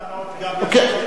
אני גם ישבתי בכיסא שלך